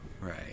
Right